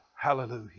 Hallelujah